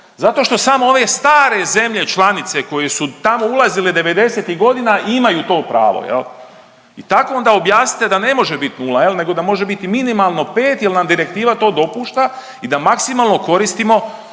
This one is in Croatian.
zato što samo ove stare zemlje članice koje su tamo ulazile '90.-tih godina imaju to pravo. I tako onda objasnite da ne može bit nula nego da može bit minimalno pet jer nam direktiva to dopušta i da maksimalno koristimo